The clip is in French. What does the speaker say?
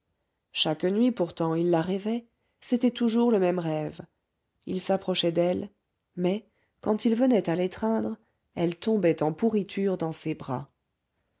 chaque nuit pourtant il la rêvait c'était toujours le même rêve il s'approchait d'elle mais quand il venait à l'étreindre elle tombait en pourriture dans ses bras